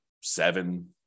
seven